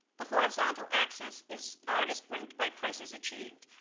the horizontal axis is artists ranked by prices achieved,